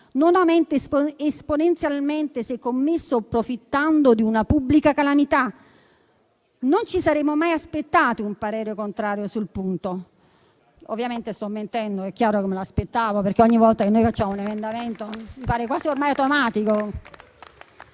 non aumenta esponenzialmente, se commesso approfittando di una pubblica calamità? Non ci saremmo mai aspettati un parere contrario sul punto. Ovviamente sto mentendo: è chiaro che me lo aspettavo, perché ogni volta che noi presentiamo un emendamento, ormai la bocciatura